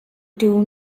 two